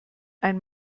ein